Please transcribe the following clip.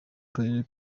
karere